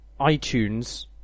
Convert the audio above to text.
iTunes